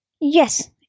Yes